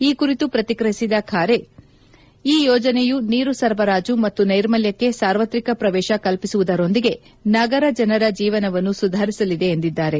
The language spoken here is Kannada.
ಈ ಕುರಿತು ಪ್ರತಿಕ್ರಿಯಿಸಿದ ಖಾರೆ ಈ ಯೋಜನೆಯು ನೀರು ಸರಬರಾಜು ಮತ್ತು ನೈರ್ಮಲ್ಟಕ್ಕೆ ಸಾರ್ವತ್ರಿಕ ಪ್ರವೇಶ ಕಲ್ಪಿಸುವುದರೊಂದಿಗೆ ನಗರ ಜನರ ಜೀವನವನ್ನು ಸುಧಾರಿಸಲಿದೆ ಎಂದಿದ್ದಾರೆ